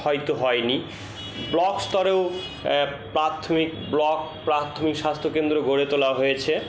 হয়তো হয় নি ব্লক স্তরেও প্রাথমিক ব্লক প্রাথমিক স্বাস্থ্য কেন্দ্র গড়ে তোলা হয়েছে